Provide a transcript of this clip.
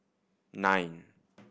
nine